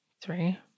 three